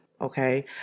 okay